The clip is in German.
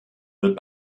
wird